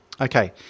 Okay